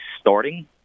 starting